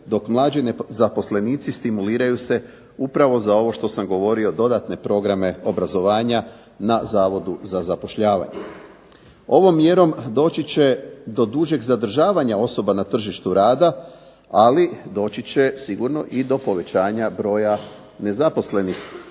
dok mlađi zaposlenici stimuliraju se upravo za ovo što sam govorio dodatne programe obrazovanja na Zavodu za zapošljavanje. Ovom mjerom doći će do dužeg zadržavanja osoba na tržištu rada, ali doći će sigurno i do povećanja broja nezaposlenih